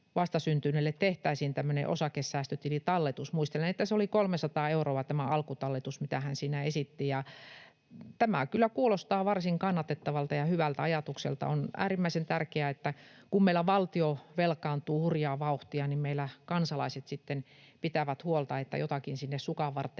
tämmöinen osakesäästötilitalletus. Muistelen, että 300 euroa oli tämä alkutalletus, mitä hän siinä esitti. Tämä kyllä kuulostaa varsin kannatettavalta ja hyvältä ajatukselta. On äärimmäisen tärkeää, että kun meillä valtio velkaantuu hurjaa vauhtia, meillä kansalaiset sitten pitävät huolta, että jotakin sinne sukanvarteen